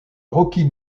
rocky